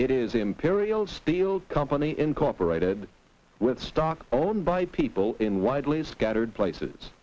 it is imperial steel company incorporated with stock owned by people in widely scattered places